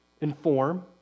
inform